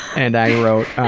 and i wrote,